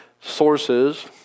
sources